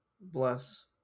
Bless